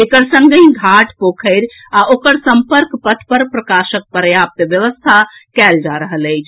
एकर संगहि घाट पोखरि आ ओकर संपर्क पथ पर प्रकाशक पर्याप्त व्यवस्था कयल जा रहल अछि